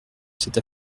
cette